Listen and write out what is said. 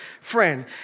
friend